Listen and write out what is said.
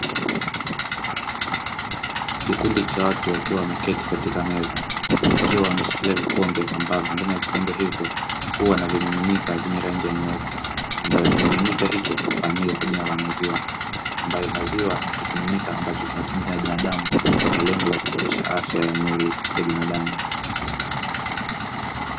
Kikundi cha watu wakiwa wameketi katika meza, wakiwa wameshikilia vikombe ambavyo ndani ya vikombe hivyo huwa na vimiminika vyenye rangi nyeupe, ambayo kimiminika hicho hufahamika kwa jina la maziwa, ambapo maziwa ni kimiminika kinachotumika na binadamu kwa lengo la kuboresha afya ya mwili wa binadamu.